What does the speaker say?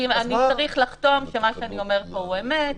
כי אני צריך לחתום שמה שאני אומר פה הוא אמת,